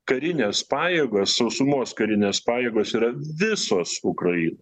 karinės pajėgos sausumos karinės pajėgos yra visos ukrain